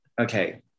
Okay